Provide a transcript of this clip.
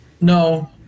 No